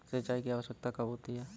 सिंचाई की आवश्यकता कब होती है?